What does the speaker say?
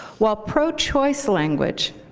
while pro-choice language,